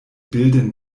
bilden